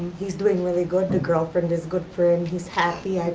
he's doing really good, the girlfriend is good for him, he's happy.